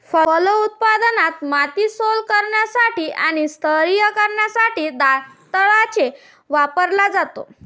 फलोत्पादनात, माती सैल करण्यासाठी आणि स्तरीय करण्यासाठी दंताळे वापरला जातो